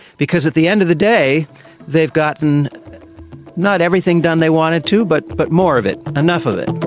because at the end of the day they've gotten not everything done they wanted to but but more of it, enough of it.